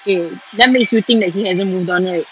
K that makes you think he hasn't moved on right